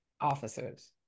officers